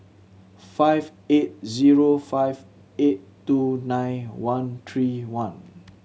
five eight zero five eight two nine one three one